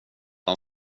han